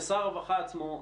ושר הרווחה עצמו התחייב.